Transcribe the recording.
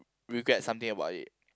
regret something about it